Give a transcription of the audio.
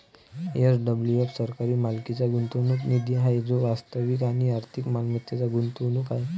SWF सरकारी मालकीचा गुंतवणूक निधी आहे जो वास्तविक आणि आर्थिक मालमत्तेत गुंतवणूक करतो